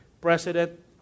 President